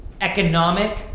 economic